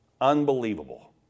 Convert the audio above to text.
unbelievable